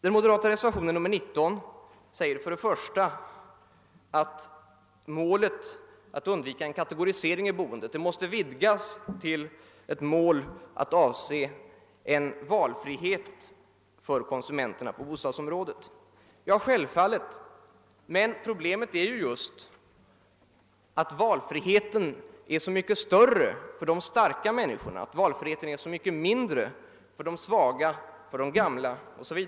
I reservationen 19 sägs att målet att undvika en kategorisering i boendet måste utvidgas till målet att uppnå valfrihet för konsumenterna på bostadsområdet. Det är självfallet riktigt; men problemet är just att valfriheten är så mycket större för de starka människorna och så mycket mindre för de svaga, de gamla o. s. v.